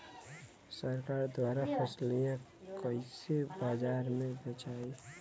सरकार द्वारा फसलिया कईसे बाजार में बेचाई?